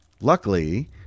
Luckily